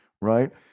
right